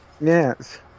Yes